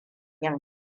yin